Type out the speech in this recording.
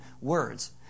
words